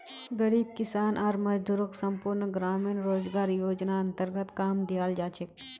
गरीब किसान आर मजदूरक संपूर्ण ग्रामीण रोजगार योजनार अन्तर्गत काम दियाल जा छेक